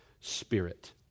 Spirit